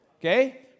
Okay